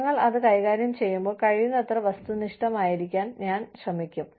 ഞങ്ങൾ അത് കൈകാര്യം ചെയ്യുമ്പോൾ കഴിയുന്നത്ര വസ്തുനിഷ്ഠമായിരിക്കാൻ ഞാൻ ശ്രമിക്കും